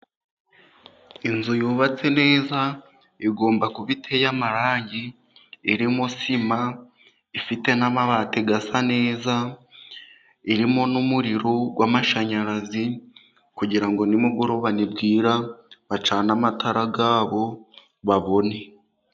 Inzu yubatse neza igomba kuba iteye amarangi, irimo sima, ifite n'amabati asa neza, irimo n'umuriro w'amashanyarazi, kugira ngo nimugoroba ni bwira bacane amatara yabo babone.